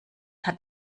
hat